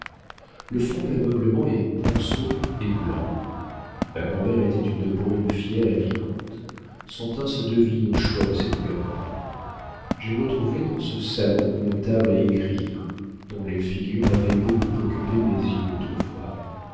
le fond de l'ameublement est ponceau et blanc ma grand'mère était une brune fière et piquante son teint se devine au choix de ses couleurs j'ai retrouvé dans ce salon une table à écrire dont les figures avaient beaucoup occupé mes yeux autrefois